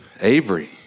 Avery